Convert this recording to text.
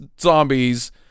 zombies